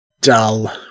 dull